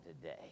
today